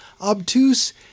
obtuse